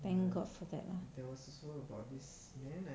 thank god for that lah